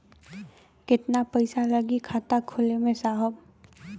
कितना पइसा लागि खाता खोले में साहब?